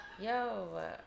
Yo